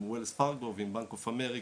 עם bank of America,